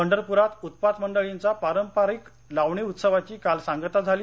पंढरपुरात उत्पात मंडळींचा पारंपरिक लावणी उत्सवाची काल सांगता झाली